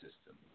system